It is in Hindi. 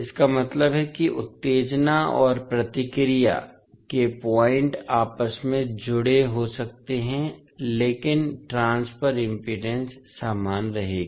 इसका मतलब है कि उत्तेजना और प्रतिक्रिया के पॉइन्ट आपस में जुड़े हो सकते हैं लेकिन ट्रांसफर इम्पीडेन्स समान रहेगी